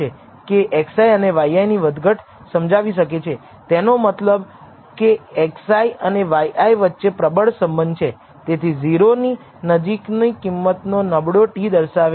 તેથી જો તમને ખૂબ ઊંચું મૂલ્ય મળે છે તો t મૂલ્યો આંકડાઓને રજૂ કરે છે જેણે અગાઉ વર્ણવ્યા છે